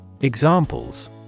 Examples